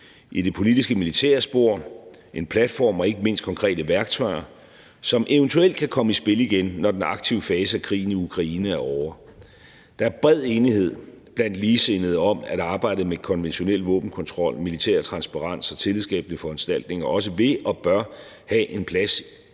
i det politisk-militære spor en platform og ikke mindst konkrete værktøjer, som eventuelt kan komme i spil igen, når den aktive fase af krigen i Ukraine er ovre. Der er bred enighed blandt ligesindede om, at arbejdet med konventionel våbenkontrol, militær transparens og tillidsskabende foranstaltninger også vil og bør have en plads